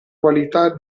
qualità